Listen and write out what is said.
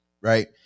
right